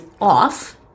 off